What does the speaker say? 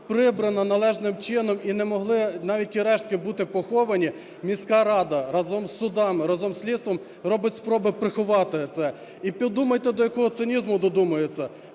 прибрана належним чином і не могли навіть ті рештки бути поховані, міська рада разом з судами, разом з слідством робить спроби приховати це. І подумайте, до якого цинізму додумується: